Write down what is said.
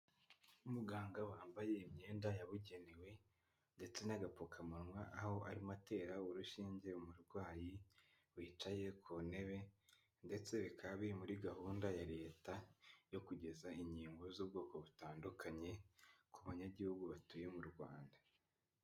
Umuganga wambaye imyenda yabugenewe ndetse n'agapfukamunwa, aho arimo atera urushinge umurwayi wicaye ku ntebe, ndetse bikaba biri muri gahunda ya Leta yo kugeza inkingo z'ubwoko butandukanye ku banyagihugu batuye mu Rwanda.